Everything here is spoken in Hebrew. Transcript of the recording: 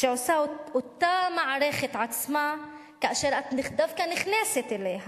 שעושה אותה המערכת עצמה כאשר את דווקא נכנסת אליה,